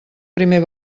primer